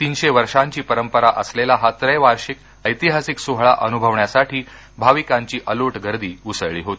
तीनशे वर्षांची परंपरा असलेला हा त्रैवार्षिक ऐतिहासिक सोहळा अनुभवण्यासाठी भाविकांची अलोट गर्दी उसळली होती